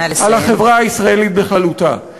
על החברה הישראלית בכללותה.